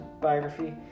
biography